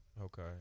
Okay